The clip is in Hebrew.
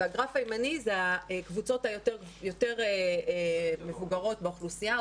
והגרף הימני זה הקבוצות היותר-מבוגרות באוכלוסייה.